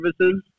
services